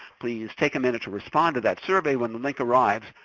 please take a minute to respond to that survey when the link arrives.